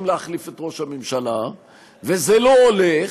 להחליף את ראש הממשלה וזה לא הולך,